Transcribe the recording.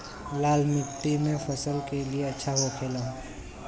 लाल मिट्टी कौन फसल के लिए अच्छा होखे ला?